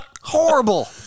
Horrible